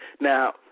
Now